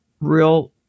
real